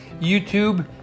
YouTube